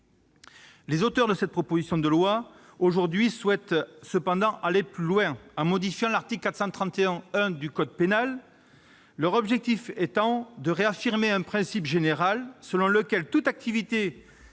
les auteurs de la présente proposition de loi souhaitent aujourd'hui aller plus loin, en modifiant l'article 431-1 du code pénal, leur objectif étant de réaffirmer un principe général selon lequel toutes les activités